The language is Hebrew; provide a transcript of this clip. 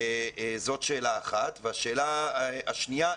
השאלה השנייה,